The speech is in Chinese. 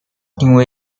定位